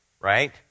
right